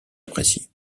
appréciée